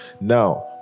now